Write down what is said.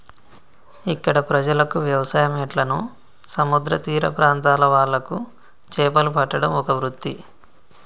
ఇక్కడ ప్రజలకు వ్యవసాయం ఎట్లనో సముద్ర తీర ప్రాంత్రాల వాళ్లకు చేపలు పట్టడం ఒక వృత్తి